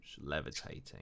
levitating